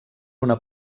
una